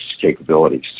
capabilities